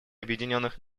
объединенных